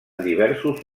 diversos